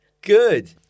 good